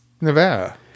Nevada